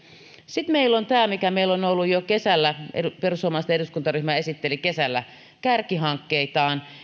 sitten meillä on tämä mikä meillä on ollut jo kesällä perussuomalaisten eduskuntaryhmä esitteli kesällä kärkihankkeitaan